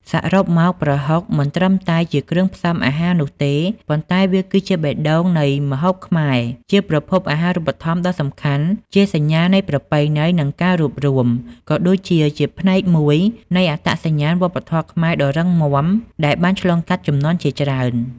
សរុបមក ប្រហុកមិនត្រឹមតែជាគ្រឿងផ្សំអាហារនោះទេ ប៉ុន្តែវាគឺជាបេះដូងនៃម្ហូបខ្មែរ ជាប្រភពអាហារូបត្ថម្ភដ៏សំខាន់ ជាសញ្ញានៃប្រពៃណី និងការរួបរួម ក៏ដូចជាផ្នែកមួយនៃអត្តសញ្ញាណវប្បធម៌ខ្មែរដ៏រឹងមាំ ដែលបានឆ្លងកាត់ជំនាន់ជាច្រើន។